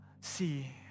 See